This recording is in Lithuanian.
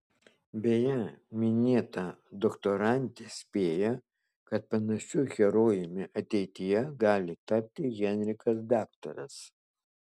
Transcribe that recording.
beje minėta doktorantė spėja kad panašiu herojumi ateityje gali tapti henrikas daktaras